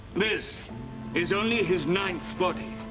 this is only his ninth body.